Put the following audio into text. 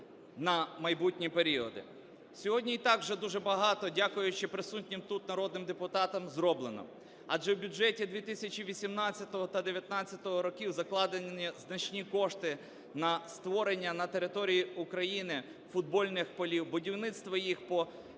Сьогодні і так вже дуже багато, дякуючи присутнім тут народним депутатам, зроблено. Адже в бюджеті 2018-го та 2019 років закладені значні кошти на створення на території України футбольних полів, будівництво їх по… через